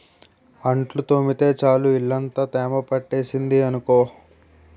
అంట్లు తోమితే చాలు ఇల్లంతా తేమ పట్టేసింది అనుకో